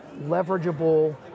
leverageable